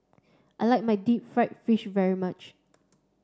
I like my deep fried fish very much